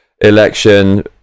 election